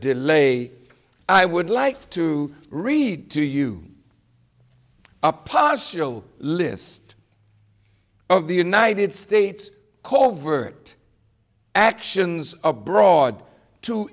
delay i would like to read to you a partial list of the united states covert actions abroad to